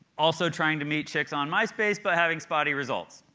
also trying to meet chicks on myspace but having spotty results.